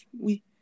Oui